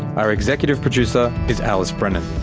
our executive producer is alice brennan.